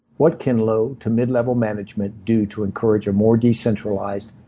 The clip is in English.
what can low to mid level management do to encourage a more decentralized,